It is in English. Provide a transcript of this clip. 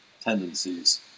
tendencies